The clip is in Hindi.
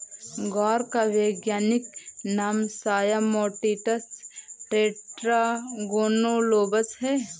ग्वार का वैज्ञानिक नाम साया मोटिसस टेट्रागोनोलोबस है